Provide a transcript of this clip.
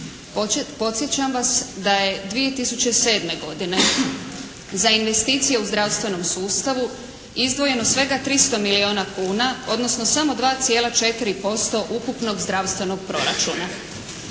Podsjećam vas da je 2007. godine za investicije u zdravstvenom sustavu izdvojeno svega 300 milijuna kuna odnosno samo 2,4% ukupnog zdravstvenog proračuna.